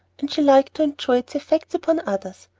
and she liked to enjoy its effects upon others.